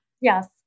Yes